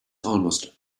almost